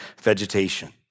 vegetation